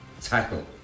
tackle